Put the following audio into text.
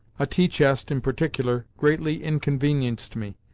a tea-chest, in particular, greatly inconvenienced me,